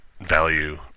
value